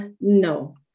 No